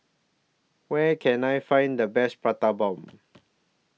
Where Can I Find The Best Prata Bomb